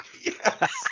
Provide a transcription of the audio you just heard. Yes